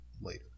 later